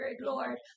Lord